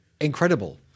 incredible